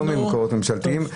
לא ממקורות ממשלתיים --- נו,